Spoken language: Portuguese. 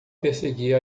perseguir